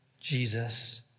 Jesus